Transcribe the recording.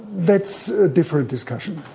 that's a different discussion.